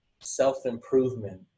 self-improvement